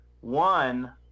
One